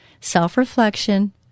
self-reflection